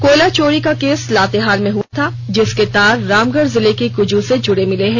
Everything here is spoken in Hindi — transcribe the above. कोयला चोरी का केस लातेहार में हुआ था जिसके तार रामगढ़ जिले के कुजू से जुड़े मिले हैं